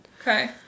Okay